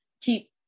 keep